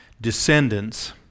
descendants